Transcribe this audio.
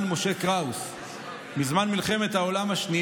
מי זה?